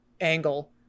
angle